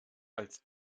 als